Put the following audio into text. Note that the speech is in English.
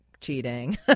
cheating